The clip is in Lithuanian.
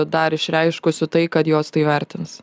dar išreiškusių tai kad jos tai vertins